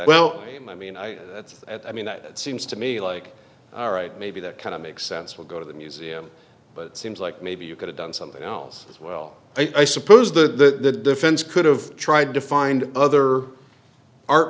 well i mean i i mean that seems to me like all right maybe that kind of makes sense will go to the museum but it seems like maybe you could have done something else as well i suppose that the defense could have tried to find other art